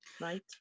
Right